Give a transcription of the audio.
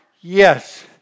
Yes